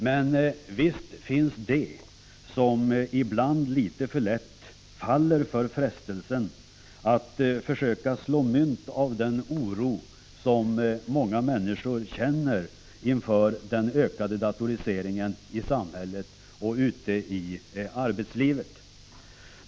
Men visst finns det de som ibland litet för lätt faller för frestelsen att försöka slå mynt av den oro som många människor känner inför den ökade datoriseringen i samhället och ute i arbetslivet.